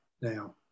now